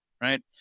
Right